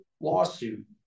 lawsuit